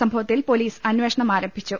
സംഭവത്തിൽ പൊലീസ് അന്വേഷണം ആരംഭിച്ചു